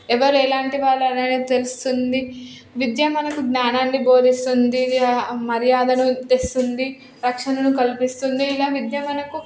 ఎవరు ఎలాంటి వాళ్ళు అనేది తెలుస్తుంది విద్య మనకు జ్ఞానాన్ని బోధిస్తుంది మర్యాదను తెస్తుంది రక్షణను కల్పిస్తుంది ఇలా విద్య మనకు